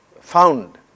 found